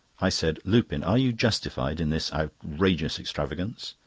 i said lupin, are you justified in this outrageous extravagance?